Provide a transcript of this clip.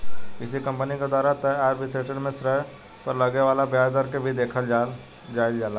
किसी कंपनी के द्वारा तय आय विश्लेषण में ऋण पर लगे वाला ब्याज दर के भी देखल जाइल जाला